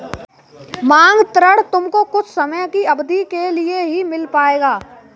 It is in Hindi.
मांग ऋण तुमको कुछ समय की अवधी के लिए ही मिल पाएगा